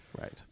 Right